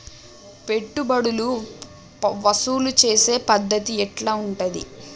పెట్టుబడులు వసూలు చేసే పద్ధతి ఎట్లా ఉంటది?